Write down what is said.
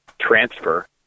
transfer